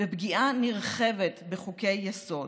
ופגיעה נרחבת בחוקי-יסוד.